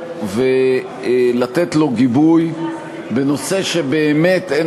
היה נכון לתת לו גיבוי בנושא שבאמת אין